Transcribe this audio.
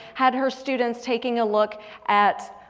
had her students taking a look at,